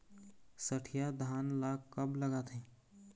सठिया धान ला कब लगाथें?